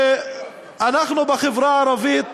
שאנחנו, בחברה הערבית,